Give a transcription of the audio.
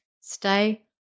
Stay